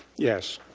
yes.